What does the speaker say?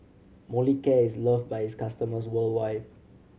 Molicare is loved by its customers worldwide